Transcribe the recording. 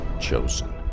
chosen